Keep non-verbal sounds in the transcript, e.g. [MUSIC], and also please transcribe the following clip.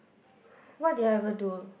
[BREATH] what did I ever do